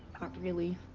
not really.